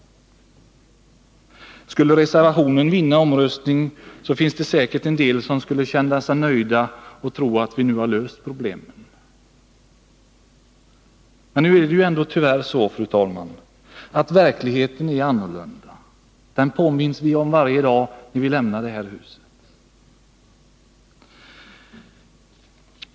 Skulle reservationen vinna vid omröstningen, skulle säkerligen en del känna sig nöjda och tro att vi nu har löst problemen. Men tyvärr, fru talman, är verkligheten annorlunda. Den påminns vi om varje dag när vi lämnar detta hus.